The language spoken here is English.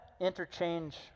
interchange